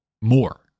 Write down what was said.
more